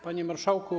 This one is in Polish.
Panie Marszałku!